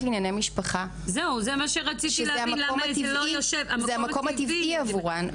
זה המקום הטבעי עבורן.